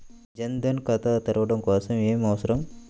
జన్ ధన్ ఖాతా తెరవడం కోసం ఏమి అవసరం?